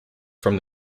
from